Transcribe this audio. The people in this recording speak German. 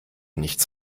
nichts